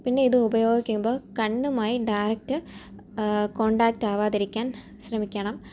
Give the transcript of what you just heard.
പിന്നെ ഇത് ഉപയോഗിക്കുമ്പോൾ കണ്ണുമായി ഡൈറക്റ്റ് കോണ്ടാക്ട് ആവാതിരിക്കാൻ ശ്രമിക്കണം